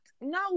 No